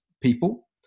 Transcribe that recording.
people